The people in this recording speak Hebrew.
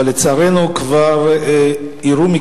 אז יהיו 14 15